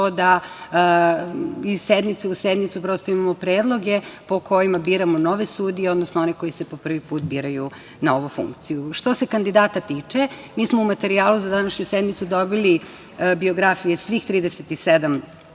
da iz sednice u sednicu, prosto imamo predloge po kojima biramo nove sudije, odnosno one koje se po prvi put biraju na ovu funkciju. Što se kandidata tiče, mi smo u materijalu za današnju sednicu dobili biografije svih 37